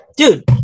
Dude